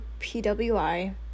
PWI